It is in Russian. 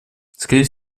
скорее